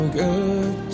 good